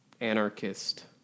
anarchist